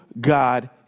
God